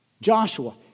Joshua